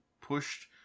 pushed